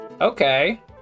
Okay